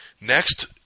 Next